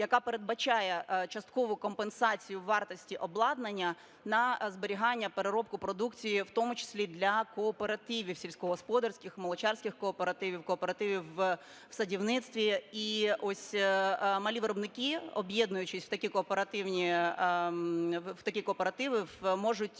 яка передбачає часткову компенсацію вартості обладнання на зберігання, переробку продукції, в тому числі для кооперативів: сільськогосподарських, молочарських кооперативів, кооперативів в садівництві. І ось малі виробники, об'єднуючись в такі кооперативи, можуть